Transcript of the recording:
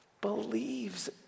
believes